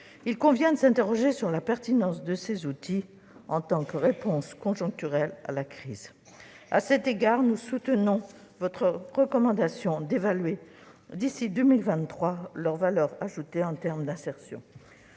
Il convient de s'interroger sur la pertinence de ces outils en tant que réponse conjoncturelle à la crise. À cet égard, nous soutenons votre recommandation d'évaluer leur valeur ajoutée en termes d'insertion